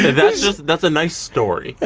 that's just, that's a nice story,